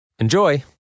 Enjoy